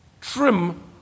trim